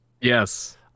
yes